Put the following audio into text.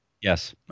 Yes